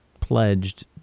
pledged